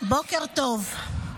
בוקר טוב.